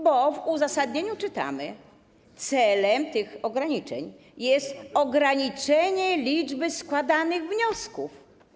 Bo w uzasadnieniu czytamy: celem tych ograniczeń jest ograniczenie liczby składanych wniosków.